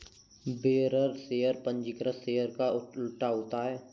bearer share पंजीकृत share का उल्टा होता है